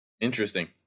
Interesting